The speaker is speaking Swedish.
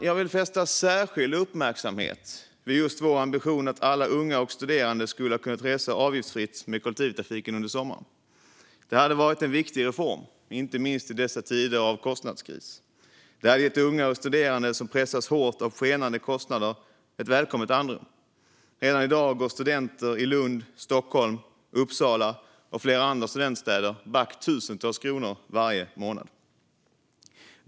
Jag vill fästa särskild uppmärksamhet vid Socialdemokraternas ambition att alla unga och studerande skulle ha kunnat resa avgiftsfritt med kollektivtrafiken under sommaren. Det hade varit en viktig reform, inte minst i dessa tider av kostnadskris. Det hade gett unga och studerande, som pressas hårt av skenande kostnader, ett välkommet andrum. Redan i dag går studenter i Lund, Stockholm, Uppsala och flera andra studentstäder back tusentals kronor varje månad.